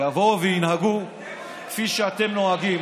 יבואו וינהגו כפי שאתם נוהגים.